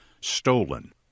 stolen